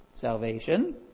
salvation